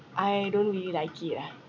I don't really like it lah